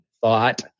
thought